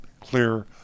Clear